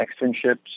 externships